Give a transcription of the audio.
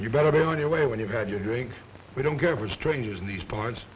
you better be on your way when you got your drink we don't care for strangers in these parts